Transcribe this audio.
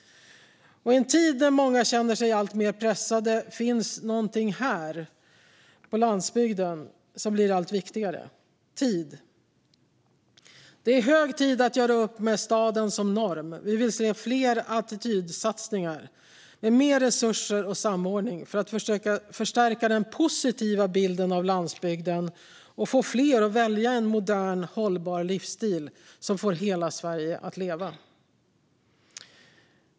Och i en tid när många känner sig allt mer pressade, finns här något som blir allt viktigare: tid." "Det är hög tid att göra upp med staden som norm", skriver man också. "Vi vill se fler attitydsatsningar, med mer resurser och samordning, för att förstärka den positiva bilden av landsbygden och få fler att välja en modern, hållbar livsstil som får hela Sverige att leva."